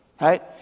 right